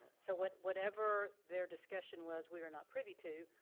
so, but whatever their discussion was, we are not privy to.